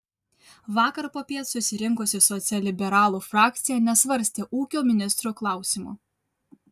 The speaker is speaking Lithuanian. vakar popiet susirinkusi socialliberalų frakcija nesvarstė ūkio ministro klausimo